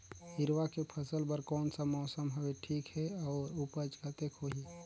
हिरवा के फसल बर कोन सा मौसम हवे ठीक हे अउर ऊपज कतेक होही?